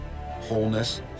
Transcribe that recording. wholeness